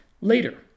later